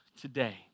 today